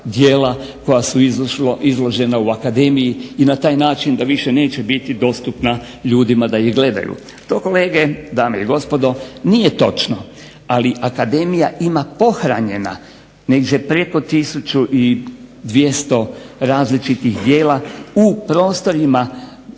koja su izložena u akademiji i na taj način da više neće biti dostupna ljudima da ih gledaju. To kolege, dame i gospodo, nije točno. Ali akademija ima pohranjena negdje preko 1200 različitih djela u prostorima